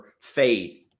fade